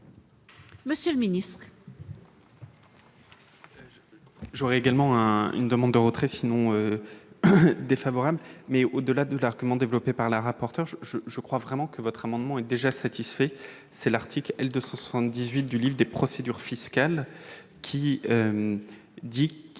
Monsieur le ministre,